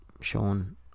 Sean